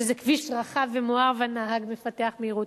כשזה כביש רחב ומואר והנהג מפתח מהירות.